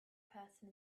person